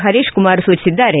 ಹರೀಶ್ಕುಮಾರ್ ಸೂಚಿಸಿದ್ದಾರೆ